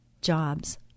jobs